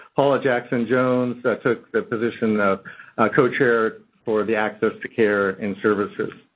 paula jackson jones took the position of co-chair for the access to care and services.